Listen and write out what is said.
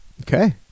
Okay